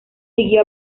siguió